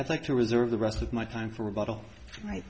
i'd like to reserve the rest of my time for rebuttal right